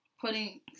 putting